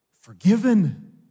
forgiven